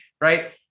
right